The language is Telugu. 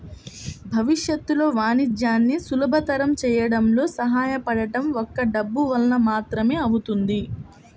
భవిష్యత్తులో వాణిజ్యాన్ని సులభతరం చేయడంలో సహాయపడటం ఒక్క డబ్బు వలన మాత్రమే అవుతుంది